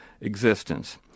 existence